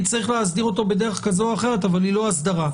צריך להסדיר אותו בדרך כזו או אחרת אבל היא לא אסדרה.